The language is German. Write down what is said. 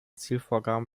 zielvorgaben